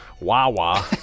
Wawa